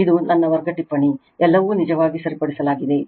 ಇದು ನನ್ನ ವರ್ಗ ಟಿಪ್ಪಣಿ ಎಲ್ಲವೂ ನಿಜವಾಗಿ ಸರಿಪಡಿಸಲಾಗಿದೆ